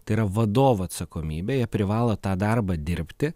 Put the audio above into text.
tai yra vadovų atsakomybė jie privalo tą darbą dirbti